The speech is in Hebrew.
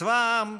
צבא העם,